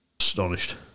astonished